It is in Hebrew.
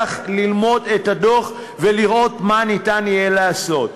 ללמוד את הדוח ולראות מה יהיה אפשר לעשות.